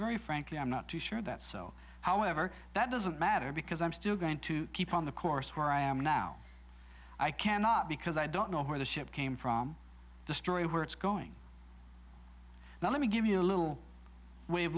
very frankly i'm not too sure that so however that doesn't matter because i'm still going to keep on the course where i am now i cannot because i don't know where the ship came from the story where it's going now let me give you a little way of